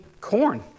corn